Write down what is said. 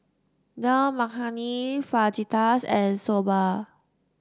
Dal Makhani Fajitas and Soba